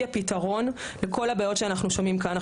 הפתרון לכל הבעיות שאנחנו שומעים כאן.